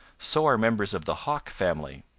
so are members of the hawk family.